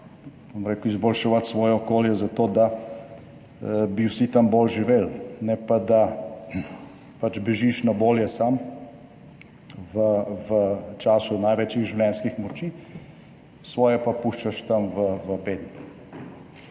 bom rekel, izboljševati svoje okolje za to, da bi vsi tam bolj živeli, ne pa da, da bežiš na bolje sam v času največjih življenjskih moči, svoje pa puščaš tam v bedi